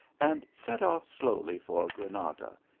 and set off slowly for granada,